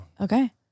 Okay